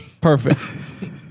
Perfect